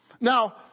Now